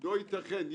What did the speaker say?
לא ייתכן.